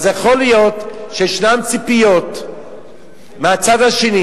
אז יכול להיות שישנן ציפיות מהצד השני